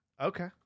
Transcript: Okay